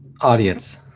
audience